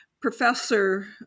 Professor